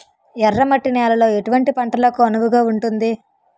ఎర్ర మట్టి నేలలో ఎటువంటి పంటలకు అనువుగా ఉంటుంది?